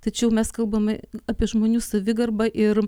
tačiau mes kalbame apie žmonių savigarbą ir